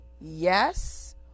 yes